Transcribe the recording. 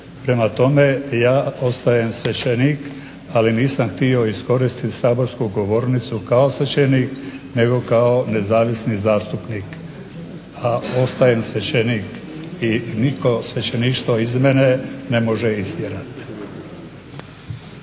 prema tome ja ostajem svećenik, ali nisam htio iskoristit saborsku govornicu kao svećenik nego kao nezavisni zastupnik, a ostajem svećenik i niko svećeništvo iz mene ne može istjerati.